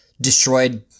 destroyed